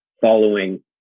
following